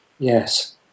yes